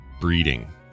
breeding